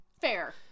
fair